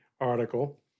article